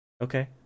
Okay